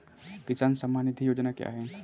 किसान सम्मान निधि योजना क्या है?